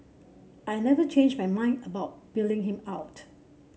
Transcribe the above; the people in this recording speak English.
I never changed my mind about bailing him out